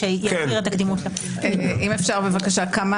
אי אפשר לסטות ממנו אפילו לא מטעמים